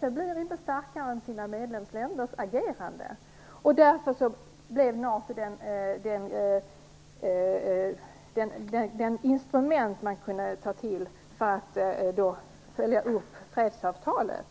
FN blir inte starkare än medlemsländernas agerande. Därför blev NATO det instrument man kunde ta till för att följa upp fredsavtalet.